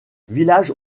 village